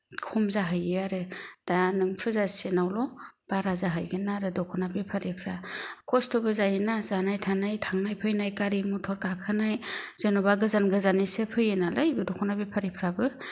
खम जाहैयो आरो दा नों फुजा सेजेनावल' बारा जाहैगोन आरो दख'ना बेफारिफ्रा खस्थ'बो जायोना जानाय थानाय थांनाय फैनाय गारि मथर गाखोनाय जेन'बा गोजान गोजान इसे फैयो नालाय दख'ना बेफारिफ्राबो